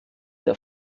der